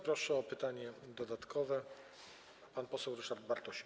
Proszę, pytanie dodatkowe, pan poseł Ryszard Bartosik.